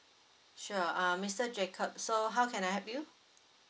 sure uh mister jacob so how can I help you